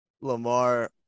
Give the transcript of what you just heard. Lamar